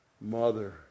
mother